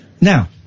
Now